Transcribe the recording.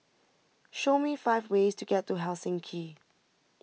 show me five ways to get to Helsinki